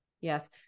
Yes